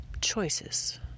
choices